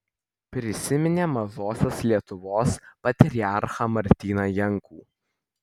prisiminė mažosios lietuvos patriarchą martyną jankų